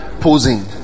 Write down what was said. posing